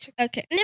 Okay